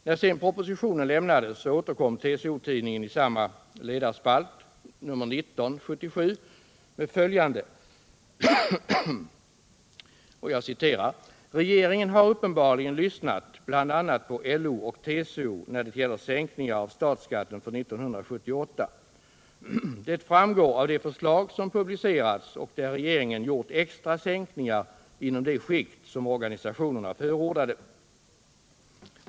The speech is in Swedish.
När propositionen sedan lämnades återkom TCO-Tidningen i sin ledarspalt i nr 19 år 1977 med följande: ”Regeringen har uppenbarligen lyssnat bl.a. på LO och TCO när det gäller sänkningar av statsskatten för 1978. Det framgår av det förslag som publicerats och där regeringen gjort extra sänkningar inom de skikt, som organisationerna förordade.